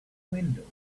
windows